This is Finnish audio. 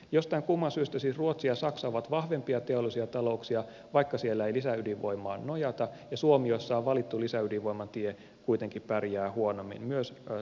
jostain kumman syystä siis ruotsi ja saksa ovat vahvempia teollisia talouksia vaikka siellä ei lisäydinvoimaan nojata ja suomi jossa on valittu lisäydinvoiman tie kuitenkin pärjää huonommin myös teollisuuden suhteen